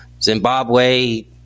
Zimbabwe